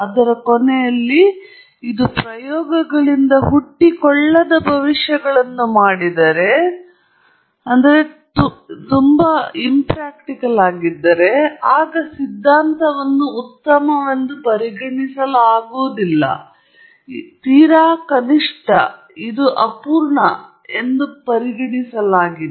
ಅದರ ಕೊನೆಯಲ್ಲಿ ಇದು ಪ್ರಯೋಗಗಳಿಂದ ಹುಟ್ಟಿಕೊಳ್ಳದ ಭವಿಷ್ಯಗಳನ್ನು ಮಾಡಿದರೆ ನಂತರ ಸಿದ್ಧಾಂತವನ್ನು ಉತ್ತಮವೆಂದು ಪರಿಗಣಿಸಲಾಗುವುದಿಲ್ಲ ತೀರಾ ಕನಿಷ್ಠ ಇದು ಅಪೂರ್ಣ ಎಂದು ಪರಿಗಣಿಸಲಾಗಿದೆ